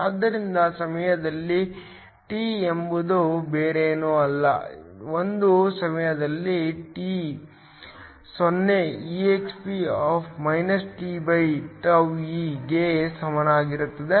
ಆದ್ದರಿಂದ ಸಮಯದಲ್ಲಿ t ಎಂಬುದು ಬೇರೇನೂ ಅಲ್ಲ ಒಂದು ಸಮಯದಲ್ಲಿ t 0 exp tτeಗೆ ಸಮಾನವಾಗಿರುತ್ತದೆ